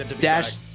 Dash